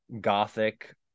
gothic